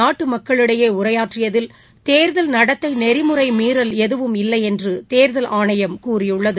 நாட்டு மக்களிடையே உரையாற்றியதில் தேர்தல் நடத்தை நெறிமுறை மீறல் எதுவும் இல்லையென்று தேர்தல் ஆணையம் கூறியுள்ளது